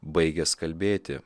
baigęs kalbėti